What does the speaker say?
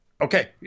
okay